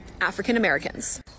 African-Americans